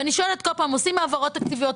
ואני שואלת עושים העברות תקציביות,